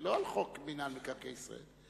לא על חוק מינהל מקרקעי ישראל.